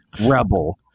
rebel